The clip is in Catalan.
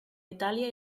itàlia